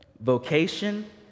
vocation